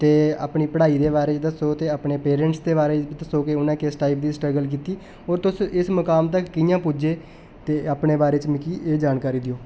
ते अपनी पढ़ाई दे बारे च दस्सो ते अपने पैरेंटस दे बारे च दस्सो के उ'नें किस टाइप दी स्टगल कीती होर उस इस मकाम तक कि'यां पुज्जे ते अपने बारे च मिकी एह् जानकारी देओ